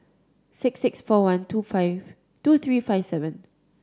six six four one two five two three five seven